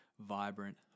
vibrant